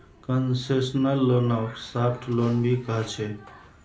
concessional लोनक soft loan भी कह छे